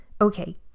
Okay